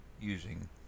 using